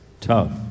tough